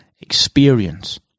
experience